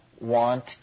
want